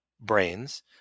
brains